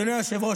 אדוני היושב-ראש,